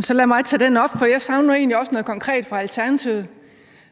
Så lad mig tage den op, for jeg savner egentlig også noget konkret fra Alternativet.